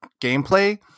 gameplay